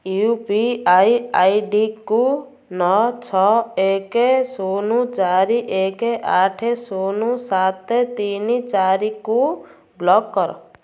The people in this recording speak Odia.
ୟୁ ପି ଆଇ ଆଇଡ଼ିକୁ ନଅ ଛଅ ଏକ ଶୂନ ଚାରି ଏକ ଆଠ ଶୂନ ସାତ ତିନି ଚାରିକୁ ବ୍ଲକ୍ କର